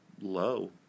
low